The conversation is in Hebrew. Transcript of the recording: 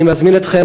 אני מזמין אתכם,